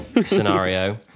scenario